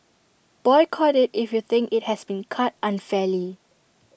boycott IT if you think IT has been cut unfairly